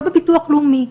לא בביטוח הלאומי,